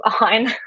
on